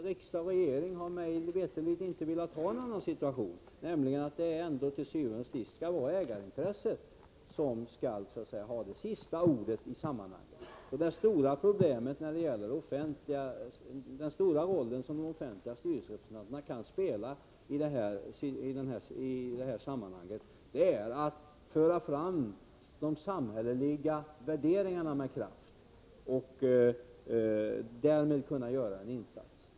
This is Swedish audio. Riksdag och regering har mig veterligt inte velat ha någon annan situation. Man har ansett att ägarintresset til syvende og sidst skall ha sista ordet. Den roll de offentliga styrelserepresentanterna kan spela i sådana här sammanhang är att med kraft föra fram de samhälleliga värderingarna. Därmed kan de göra en insats.